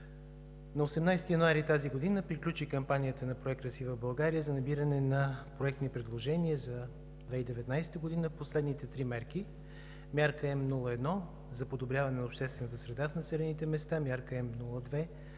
на 18 януари тази година приключи кампанията на Проект „Красива България за набиране на проектни предложения за 2019 г. по следните три мерки: Мярка М01 – за подобряване на обществената среда в населените места, Мярка М02